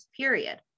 period